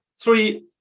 three